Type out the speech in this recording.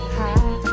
high